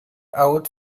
out